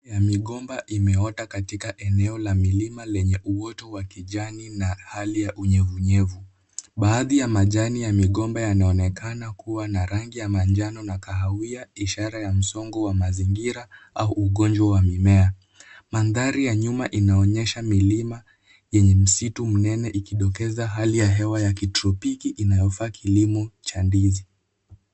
Ya migomba imeota katika milima yenye uoto wa kijani na hali ya unyevunyevu. Baadhi ya majani ya migomba yanaonekana kuwa na rangi ya manjano na kahawia, ishara ya msongo wa mazingira au ugonjwa wa mimea. Mandhari ya nyuma inaonyesha milima yenye msitu mnene ikidokeza hali ya hewa ya kitropiki inayofaa kilimo cha ndizi.